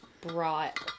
brought